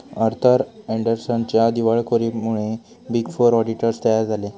Arthur अँडरसनच्या दिवाळखोरीमुळे big four auditors तयार झाले